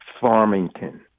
Farmington